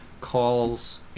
calls